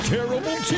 Terrible